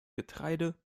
getreide